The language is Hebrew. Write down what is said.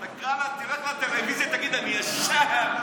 אתה תלך לטלוויזיה ותגיד: אני ישר,